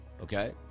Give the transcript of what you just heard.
okay